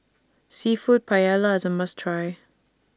Seafood Paella IS A must Try